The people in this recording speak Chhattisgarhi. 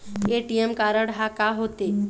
ए.टी.एम कारड हा का होते?